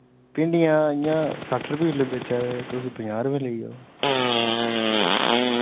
भिंडियां इ'य्यां सट्ठ रपे किल्लो बेचा दे तुस पञां रपे लेई जाओ